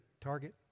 target